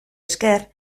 esker